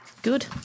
Good